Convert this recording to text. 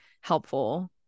helpful